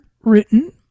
written